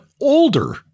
older